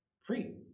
free